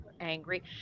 angry